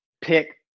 pick